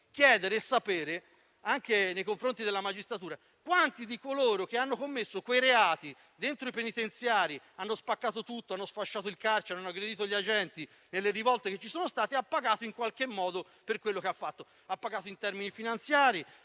interessante sapere, anche nei confronti della magistratura, quanti di coloro che hanno commesso quei reati dentro i penitenziari, quelli che hanno spaccato tutto e sfasciato il carcere, hanno aggredito gli agenti nelle rivolte che ci sono state, abbia pagato in qualche modo per quello che ha fatto, in termini finanziari